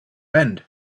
end